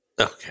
Okay